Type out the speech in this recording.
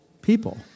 people